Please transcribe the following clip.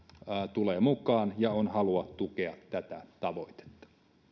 tulee mukaan ja on halua tukea tätä tavoitetta